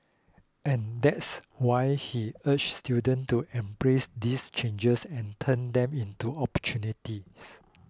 and that's why he urged students to embrace these changes and turn them into opportunities